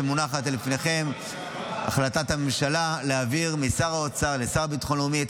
שמונחת בפניכם: החלטת הממשלה להעביר משר האוצר לשר לביטחון לאומי את